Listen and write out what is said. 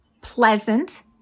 pleasant